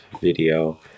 video